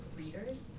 readers